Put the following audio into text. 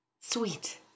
sweet